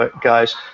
guys